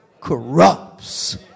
corrupts